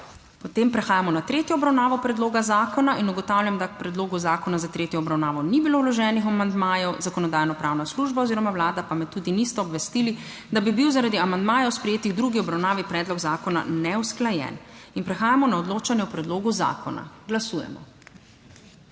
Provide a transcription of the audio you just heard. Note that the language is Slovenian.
Ne. Prehajamo na **tretjo obravnavo** predloga zakona. Ugotavljam, da k predlogu zakona za tretjo obravnavo ni bilo vloženih amandmajev, Zakonodajno-pravna služba oziroma Vlada pa me tudi nista obvestili, da bi bil, zaradi amandmajev sprejetih v drugi obravnavi predlog zakona neusklajen. Prehajamo na odločanje o predlogu zakona. Glasujemo.